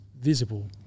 visible